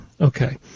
Okay